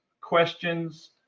questions